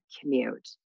commute